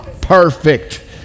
Perfect